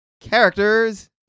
Characters